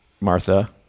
Martha